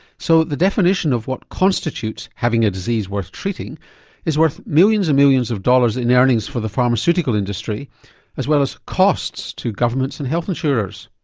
so the definition of what constitutes having a disease worth treating is worth millions and millions of dollars in earnings for the pharmaceutical industry as well as costs to governments and health insurers.